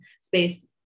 space